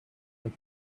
and